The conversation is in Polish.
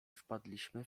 wpadliśmy